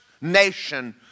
nation